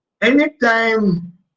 anytime